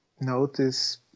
notice